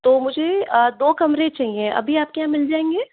तो मुझे दो कमरे चाहिएं अभी आपके यहाँ मिल जाएंगे